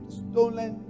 stolen